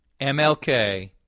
MLK